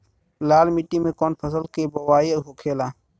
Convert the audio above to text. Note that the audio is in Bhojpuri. लाल मिट्टी में कौन फसल के बोवाई होखेला?